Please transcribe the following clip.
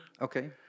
Okay